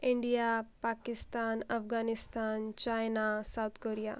India Pakistan Afghanistan China south Korea